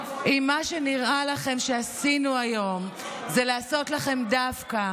אם מה שנראה לכם שעשינו היום זה לעשות לכם דווקא,